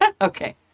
Okay